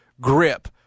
grip